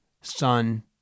son